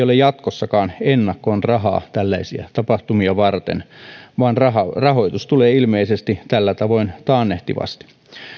ole jatkossakaan ennakkoon rahaa tällaisia tapahtumia varten vaan rahoitus tulee ilmeisesti tällä tavoin taannehtivasti